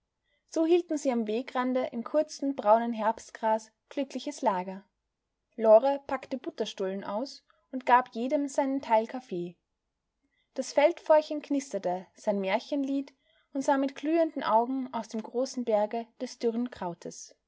so hielten sie am wegrande im kurzen braunen herbstgras glückliches lager lore packte butterstullen aus und gab jedem sein teil kaffee das feldfeuerchen knisterte sein märchenlied und sah mit glühenden augen aus dem großen berge des dürren krautes